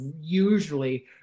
usually